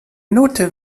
note